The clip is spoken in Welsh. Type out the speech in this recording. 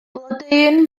blodeuyn